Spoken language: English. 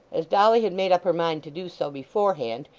as dolly had made up her mind to do so beforehand,